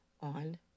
on